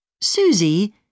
Susie